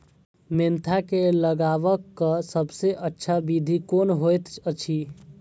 Mentha के लगवाक सबसँ अच्छा विधि कोन होयत अछि?